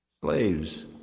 Slaves